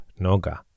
Noga